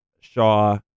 Shaw